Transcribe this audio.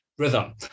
Rhythm